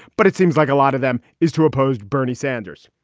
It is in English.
but it seems like a lot of them is to opposed bernie sanders.